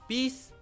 Peace